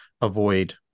avoid